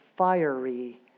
fiery